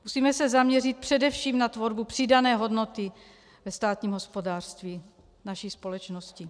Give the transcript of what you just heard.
Musíme se zaměřit především na tvorbu přidané hodnoty ve státním hospodářství naší společnosti.